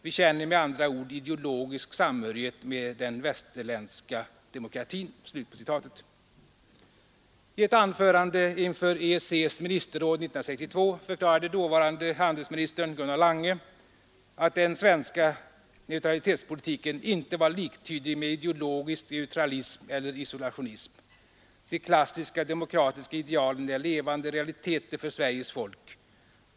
Vi känner med andra ord ideologisk samhörighet med den västerländska demokratin.” I ett anförande inför EEC:s ministerråd 1962 förklarade dåvarande handelsministern Gunnar Lange, att den svenska neutralitetspolitiken inte var liktydig med ideologisk neutralism eller isolationism. ”De klassiska demokratiska idealen är levande realiteter för Sveriges folk.